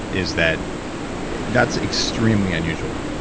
is that that's extremely unusual.